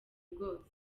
bwose